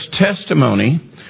testimony